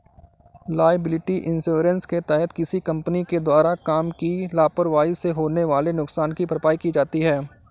liability insurance के तहत किसी कंपनी के द्वारा काम की लापरवाही से होने वाले नुकसान की भरपाई की जाती है